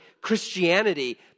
Christianity